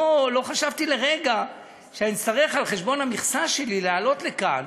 לא חשבתי לרגע שאני אצטרך על חשבון המכסה שלי לעלות לכאן